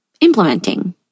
implementing